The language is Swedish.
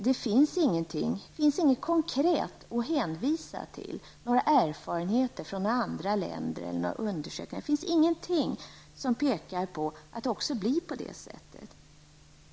Det finns inget konkret, t.ex. undersökningar från andra länder, att hänvisa till som säger att det också blir på det sättet.